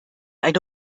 eine